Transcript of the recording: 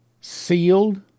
sealed